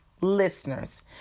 listeners